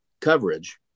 coverage